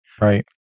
Right